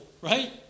right